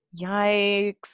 Yikes